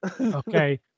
Okay